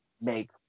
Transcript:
make